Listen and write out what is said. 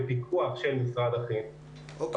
בפיקוח של משרד החינוך,